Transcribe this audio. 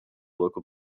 local